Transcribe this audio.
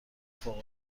فوق